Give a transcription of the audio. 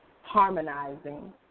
harmonizing